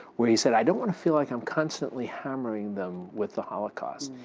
where he said i don't want to feel like i'm constantly hammering them with the holocaust.